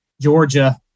Georgia